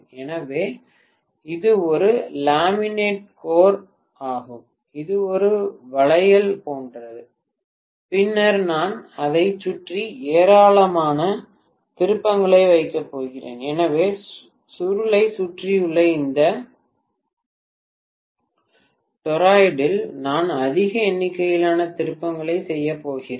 எனவே இது ஒரு லேமினேட் கோர் ஆகும் இது ஒரு வளையல் போன்றது பின்னர் நான் அதைச் சுற்றி ஏராளமான திருப்பங்களை வைக்கப் போகிறேன் எனவே சுருளைச் சுற்றியுள்ள இந்த டொராய்டில் நான் அதிக எண்ணிக்கையிலான திருப்பங்களைச் செய்யப் போகிறேன்